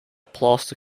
plaster